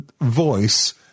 voice